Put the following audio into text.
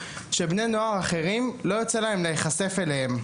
שבני נוער אחרים לא זוכים להיחשף אליהם.